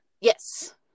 Yes